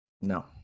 No